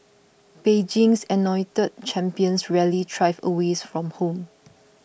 Beijing's anointed champions rarely thrive away from home